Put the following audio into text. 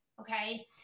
Okay